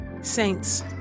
Saints